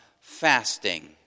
fasting